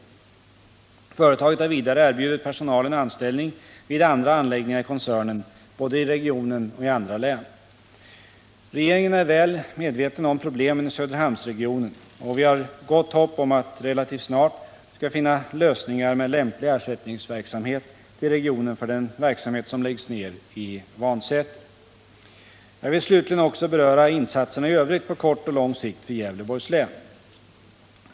Företaget har Nr 113 vidare erbjudit personalen anställning vid andra anläggningar i koncernen, Tisdagen den både i regionen och i andra län. 27 mars 1979 Regeringen är väl medveten om problemen i Söderhamnsregionen, och vi har gott hopp om att vi relativt snart skall finna lösningar med lämplig ersättningsverksamhet till regionen för den verksamhet som läggs ned i Vannsäter. Jag vill slutligen också beröra insatserna i övrigt på kort och lång sikt för Gävleborgs län.